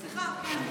סליחה.